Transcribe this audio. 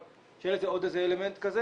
אבל שיהיה עוד אלמנט כזה